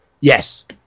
yes